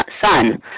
son